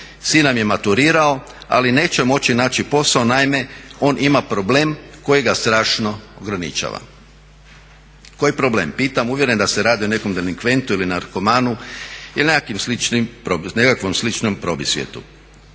nam je maturirao ali neće moći naći posao, naime on ima problem koji ga strašno ograničava. Koji problem pitam uvjeren da se radi o nekom delikventu ili narkomanu ili nekakvom sličnom probisvijetu.